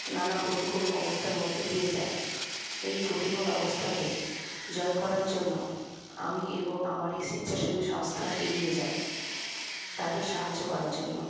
নানা প্রতিকূল অবস্থার মধ্যে দিয়ে যায় এই প্রতিকূল অবস্থাকে জয় করার জন্য আমি এবং আমার এই স্বেচ্ছাসেবী সংস্থা এগিয়ে যাই তাদের সাহায্য করার জন্য